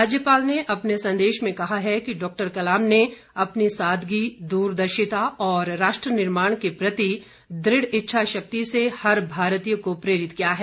राज्यपाल ने अपने संदेश में कहा है कि डॉक्टर कलाम ने अपनी सादगी दूरदर्शिता और राष्ट्र निर्माण के प्रति दृढ़ इच्छा शक्ति से हर भारतीय को प्रेरित किया है